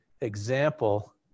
example